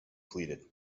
pleaded